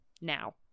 now